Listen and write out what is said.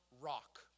rock